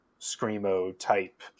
screamo-type